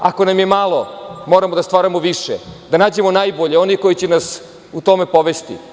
Ako nam je malo, moramo da stvaramo više, da nađemo najbolje, one koji će nas u tome povesti.